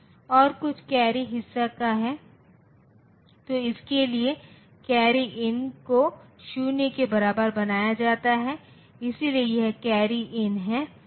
और कुछ कैरी हिस्सा का है तो इसके लिए कैरी इन को 0 के बराबर बनाया जाता है इसलिए यह कैरी इन है